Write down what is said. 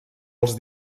els